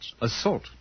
Assault